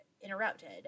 interrupted